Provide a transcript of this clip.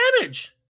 damage